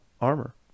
armor